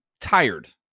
tired